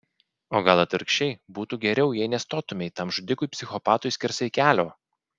o gal atvirkščiai būtų geriau jei nestotumei tam žudikui psichopatui skersai kelio